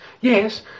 yes